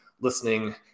listening